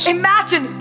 imagine